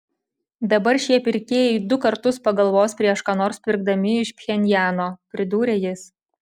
dabar šie pirkėjai du kartus pagalvos prieš ką nors pirkdami iš pchenjano pridūrė jis